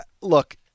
look